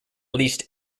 least